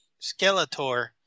Skeletor